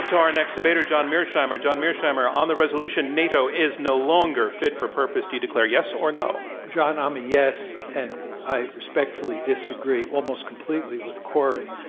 our next debater, john mearsheimer. john mearsheimer, on the resolution nato is no longer fit for purpose, do you declare yes or no? john, i'm um a yes, and i respectfully disagree almost completely with kori.